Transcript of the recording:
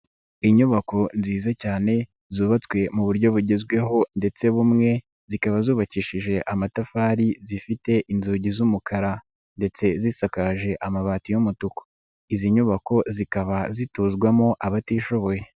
Inyubako nziza cyane zubatswe mu buryo bugezweho ndetse bumwe zikaba zubakishije amatafari zifite inzugi z'umukara ndetse zisakaje amabati y'umutuku, izi nyubako zikaba zituzwamo abatishoboye.